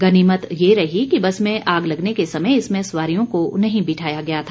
गनिमत यह रही कि बस में आग लगने के समय इसमें सवारियों को नहीं बिठाया गया था